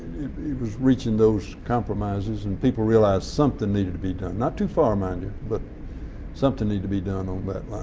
it was reaching those compromises and people realized something needed to be done. not too far mind you, but something needed to be done on that line.